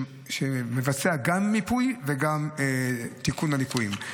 שמבצע גם מיפוי וגם תיקון הליקויים.